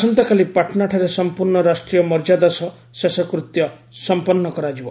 ଆସନ୍ତାକାଲି ପାଟନାଠାରେ ସମ୍ପୂର୍ଣ୍ଣ ରାଷ୍ଟ୍ରୀୟ ମର୍ଯ୍ୟାଦା ସହ ଶେଷକୃତ୍ୟ ସମ୍ପନ୍ନ କରାଯିବ